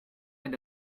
wenn